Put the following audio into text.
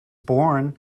born